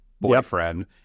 boyfriend